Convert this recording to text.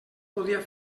podia